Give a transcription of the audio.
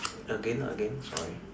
again again sorry